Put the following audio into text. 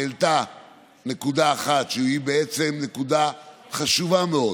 שהעלתה נקודה אחת שהיא בעצם נקודה חשובה מאוד,